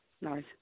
Nice